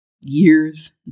years